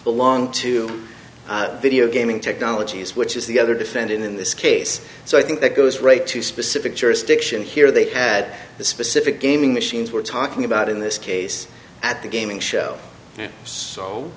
belong to video gaming technologies which is the other defendant in this case so i think that goes right to specific jurisdiction here they had the specific gaming machines we're talking about in this case at the gaming show so